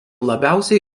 labiausiai